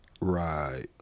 right